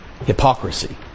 Hypocrisy